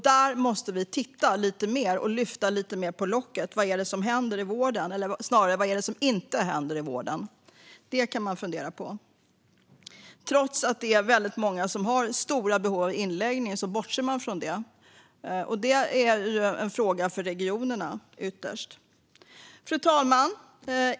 Här måste vi lyfta på locket och se vad det är som händer i vården, eller snarare vad som inte händer i vården. Detta kan man fundera på. Många har stora behov av att läggas in, men det bortser man från. Detta är ytterst en fråga för regionerna. Fru talman!